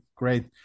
great